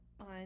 on